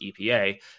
EPA